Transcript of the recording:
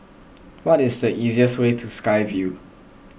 what is the easiest way to Sky Vue